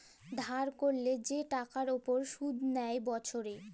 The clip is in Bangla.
ধার ক্যরলে যে টাকার উপর শুধ লেই বসরে